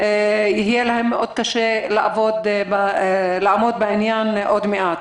יהיה להן קשה מאוד לעמוד בעניין עוד מעט.